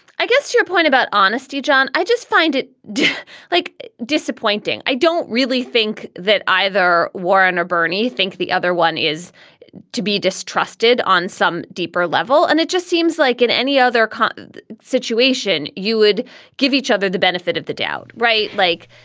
i guess your point about honesty, john. i just find it like disappointing i don't really think that either warren or bernie think the other one is to be distrusted on some deeper level. and it just seems like in any other kind of situation you would give each other the benefit of the doubt, right? like